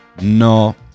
No